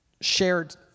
shared